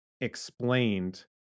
explained